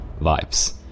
vibes